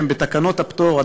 ויש לגביהם תקנות פטור,